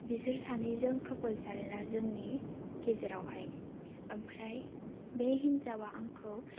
बिसोर सानैजों कापल्स आरोना जोंनि गेजेरावहाय ओमफ्राय बे हिन्जावा आंखौ